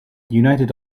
united